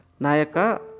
Nayaka